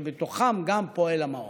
שבתוכם גם פועל המעוף.